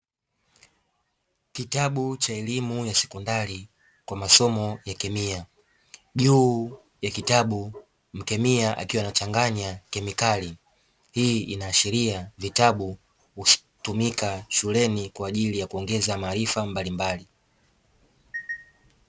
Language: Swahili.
Kitabu cha elimu ya sekondari kwa masomo ya kemia. Juu ya kitabu mkemia akiwa anachanganya kemikali, hii inaashiria vitabu hutumika shuleni kwa ajili ya kuongeza maarifa mbalimbali.